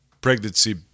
pregnancy